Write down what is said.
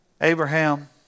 Abraham